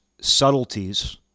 subtleties